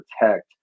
protect